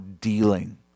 dealing